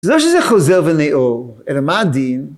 זה לא שזה חוזר וניעור, אלא מה הדין?